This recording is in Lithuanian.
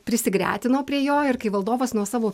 prisigretino prie jo ir kai valdovas nuo savo